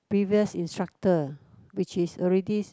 previous instructor which is already